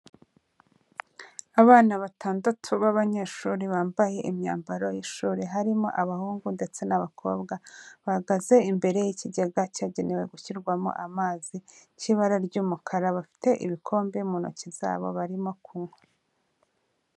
Abana batandatu b'abanyeshuri bambaye imyambaro y'ishuri, harimo abahungu ndetse n'abakobwa, bahagaze imbere y'ikigega cyagenewe gushyirwamo amazi, cy'ibara ry'umukara bafite ibikombe mu ntoki zabo barimo kunywa.